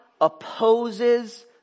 opposes